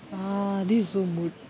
ah this is so mood